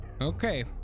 Okay